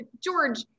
George